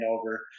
Over